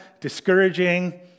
discouraging